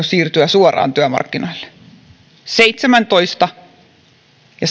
siirtyä suoraan työmarkkinoille seitsemäntoista ja